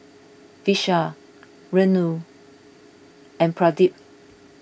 Vishal Renu and Pradip